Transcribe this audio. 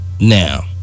Now